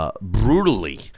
brutally